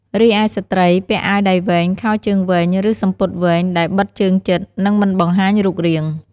រីឯស្ត្រីពាក់អាវដៃវែង ខោជើងវែង ឬសំពត់វែងដែលបិទជើងជិត និងមិនបង្ហាញរូបរាង។